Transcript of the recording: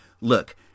look